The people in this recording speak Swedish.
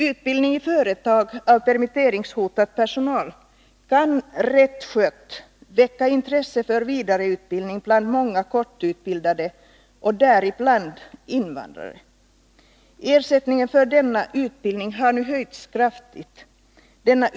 Utbildning i företag av permitteringshotad personal kan, rätt skött, väcka intresse för vidareutbildning bland många korttidsutbildade, däribland invandrare. Ersättningen för denna utbildning har nu höjts kraftigt.